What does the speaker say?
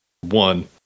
one